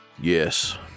yes